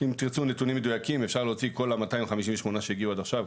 אם תרצו נתונים מדוייקים אפשר להוציא כל ה-258 שהגיעו עד עכשיו,